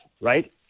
right